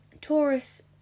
Taurus